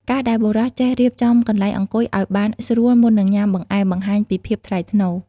ការដែលបុរសចេះរៀបចំកន្លែងអង្គុយឱ្យបានស្រួលមុននឹងញ៉ាំបង្អែម បង្ហាញពីភាពថ្លៃថ្នូរ។